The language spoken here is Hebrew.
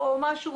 או משהו